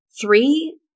three